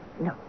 No